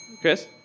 Chris